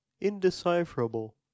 indecipherable